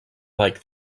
like